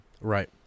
Right